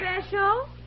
special